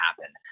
happen